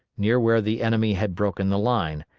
near where the enemy had broken the line,